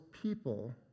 people